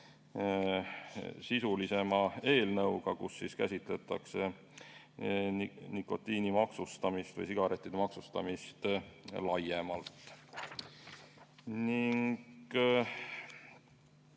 sisulisema eelnõuga, kus käsitletakse nikotiini maksustamist või sigarettide maksustamist laiemalt. Menetluse